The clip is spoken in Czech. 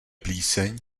plíseň